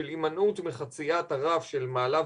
של הימנעות מחציית הרף של 1.5 מעלות